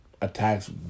attacks